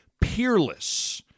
peerless